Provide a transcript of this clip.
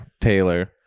Taylor